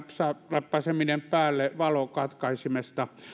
nappaiseminen päälle valokatkaisimesta